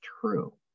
true